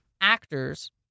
actors